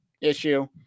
issue